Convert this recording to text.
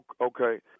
Okay